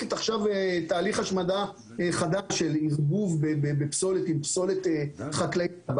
תהליך השמדה חדש של ערבוב בפסולת עם פסולת חקלאית.